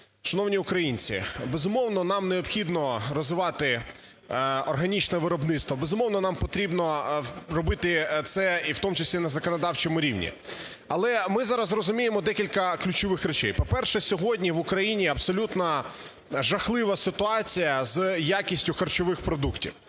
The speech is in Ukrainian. Шановні українці, безумовно, нам необхідно розвивати органічне виробництво, безумовно, нам потрібно робити це і в тому числі, на законодавчому рівні, але ми зараз розуміємо декілька ключових речей. По-перше, сьогодні в Україні абсолютно жахлива ситуація з якістю харчових продуктів